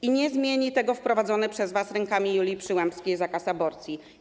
I nie zmieni tego wprowadzony przez was rękami Julii Przyłębskiej zakaz aborcji.